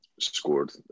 scored